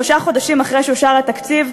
שלושה חודשים אחרי שאושר התקציב,